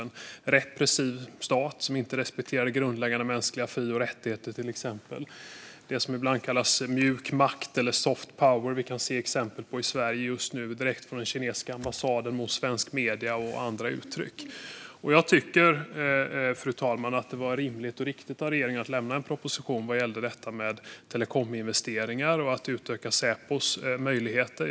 Det är en repressiv stat som inte respekterar till exempel grundläggande mänskliga fri och rättigheter. Det som ibland kallas mjuk makt, eller soft power, kan vi se exempel på i Sverige just nu, direkt från den kinesiska ambassaden mot svenska medier. Det tar sig även andra uttryck. Jag tycker, fru talman, att det var rimligt och riktigt av regeringen att lämna en proposition gällande telekominvesteringar och att utöka Säpos möjligheter.